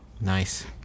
Nice